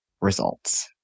results